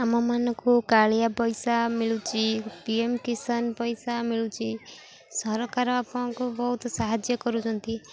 ଆମମାନଙ୍କୁ କାଳିଆ ପଇସା ମିଳୁଛି ପି ଏମ୍ କିସାନ ପଇସା ମିଳୁଛି ସରକାର ଆପଣଙ୍କୁ ବହୁତ ସାହାଯ୍ୟ କରୁଛନ୍ତି